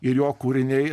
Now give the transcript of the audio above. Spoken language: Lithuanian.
ir jo kūriniai